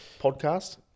podcast